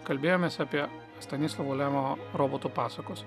kalbėjomės apie stanislovo lemo robotų pasakos